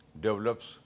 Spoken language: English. develops